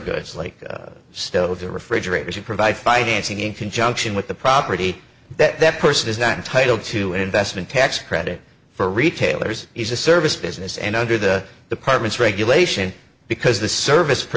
goods like still the refrigerator should provide financing in conjunction with the property that that person is not entitled to an investment tax credit for retailers is a service business and under the department's regulation because the service